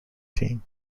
team